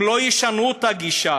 אם לא ישנו את הגישה,